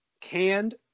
canned